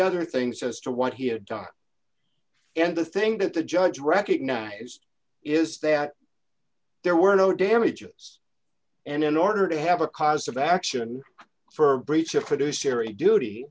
other things as to what he had done and the thing that the judge recognized is that there were no damages and in order to have a cause of action for breach of produce eery duty